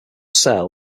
sale